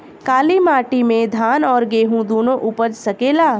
काली माटी मे धान और गेंहू दुनो उपज सकेला?